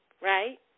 right